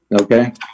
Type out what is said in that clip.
okay